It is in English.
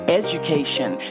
education